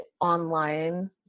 online